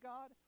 God